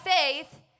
faith